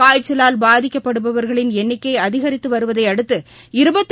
காய்ச்சலால் பாதிக்கப்படுபவர்களின் எண்ணிக்கை அதிகரித்து வருவதையடுத்து